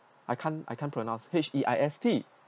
I can't I can't pronounce H_E_I_S_T